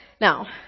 Now